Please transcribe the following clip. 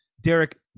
Derek